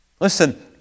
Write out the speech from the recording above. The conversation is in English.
Listen